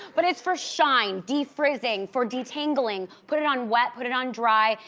but it's for shine, de-frizzing, for detangling. put it on wet, put it on dry,